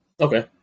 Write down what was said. Okay